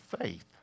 faith